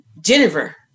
Jennifer